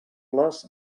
les